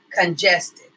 congested